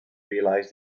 realize